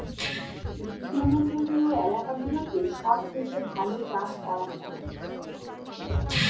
গ্রীষ্মমণ্ডলীয় এলাকাগুলোতে সবথেকে ভালো চাষ করা যায়